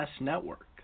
Network